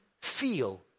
feel